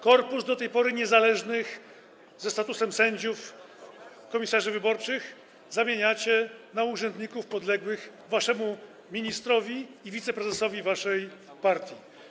Korpus do tej pory niezależnych, ze statusem sędziów, komisarzy wyborczych zamieniacie na urzędników podległych waszemu ministrowi i wiceprezesowi waszej partii.